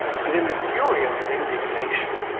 and, in the fury of his indignation,